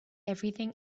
everything